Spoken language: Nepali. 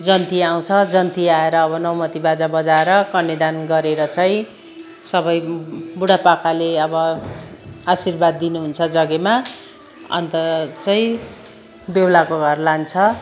जन्ती आउँछ जन्ती आएर अब नौमति बाजा बजाएर कन्यादान गरेर चाहिँ सबै बुडा पाकाले अब आशिर्वाद दिनुहुन्छ जग्गेमा अन्त चाहिँ बेहुलाको घर लान्छ